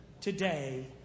today